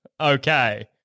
Okay